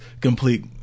complete